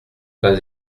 pas